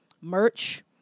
merch